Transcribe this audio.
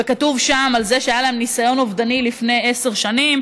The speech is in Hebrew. וכתוב עליו שהיה להם ניסיון אובדני לפני עשר שנים.